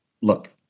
look